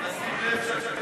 ההסתייגויות לסעיף